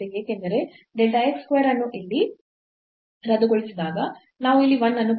ಏಕೆಂದರೆ delta x square ಅನ್ನು ಇಲ್ಲಿ ರದ್ದುಗೊಳಿಸಿದಾಗ ನಾವು ಇಲ್ಲಿ 1 ಅನ್ನು ಪಡೆಯುತ್ತೇವೆ